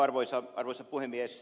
arvoisa puhemies